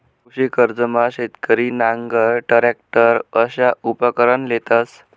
कृषी कर्जमा शेतकरी नांगर, टरॅकटर अशा उपकरणं लेतंस